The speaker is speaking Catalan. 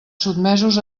sotmesos